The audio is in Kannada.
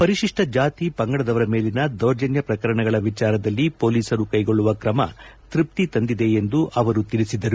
ಪರಿಶಿಷ್ಟ ಜಾತಿ ಪಂಗಡದವರ ಮೇಲಿನ ದೌರ್ಜನ್ಯ ಪ್ರಕರಣಗಳ ವಿಚಾರದಲ್ಲಿ ಮೋಲಿಸರು ಕೈಗೊಳ್ಳುವ ತ್ರಮ ತೃಪ್ತಿ ತಂದಿದೆ ಎಂದು ಅವರು ತಿಳಿಸಿದರು